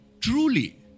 truly